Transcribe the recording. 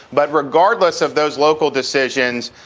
but regardless of those local decisions,